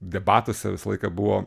debatuose visą laiką buvo